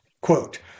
Quote